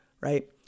right